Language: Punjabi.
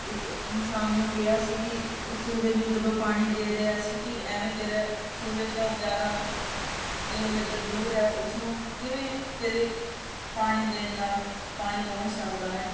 ਇੱਕ ਇਨਸਾਨ ਨੂੰ ਕਿਹਾ ਸੀ ਕਿ ਉਹ ਸੂਰਜ ਨੂੰ ਜਦੋਂ ਪਾਣੀ ਦੇ ਰਿਹਾ ਸੀ ਕਿ ਇਵੇਂ ਤੇਰਾ ਸੂਰਜ ਤਾਂ ਹਜ਼ਾਰਾਂ ਕਿਲੋਮੀਟਰ ਦੂਰ ਹੈ ਉਸਨੂੰ ਕਿਵੇਂ ਤੇਰੇ ਪਾਣੀ ਦੇਣ ਨਾਲ ਪਾਣੀ ਪਹੁੰਚ ਸਕਦਾ ਹੈ